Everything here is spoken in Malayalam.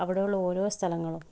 അവിടെയുള്ള ഓരോ സ്ഥലങ്ങളും